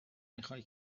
میخای